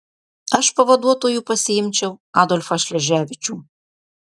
aš pavaduotoju pasiimčiau adolfą šleževičių